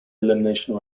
elimination